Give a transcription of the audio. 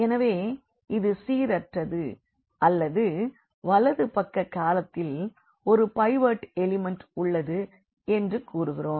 எனவே இது சீரற்றது அல்லது வலது பக்க காலத்தில் ஒரு பைவோட் எலிமண்ட் உள்ளது என்று கூறுகிறோம்